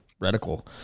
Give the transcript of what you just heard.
reticle